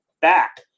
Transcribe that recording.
back